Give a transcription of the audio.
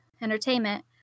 entertainment